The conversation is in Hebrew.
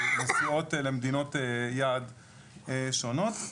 נסיעות למדינות יעד שונות.